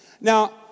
Now